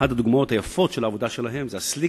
אחת הדוגמאות היפות של העבודה שלהם היא ה"סליק"